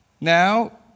Now